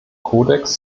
kodex